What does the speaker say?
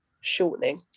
shortening